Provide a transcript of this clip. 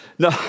No